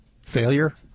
failure